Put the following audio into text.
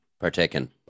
Partaken